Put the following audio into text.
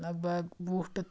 لگ بگ وُہ ٹو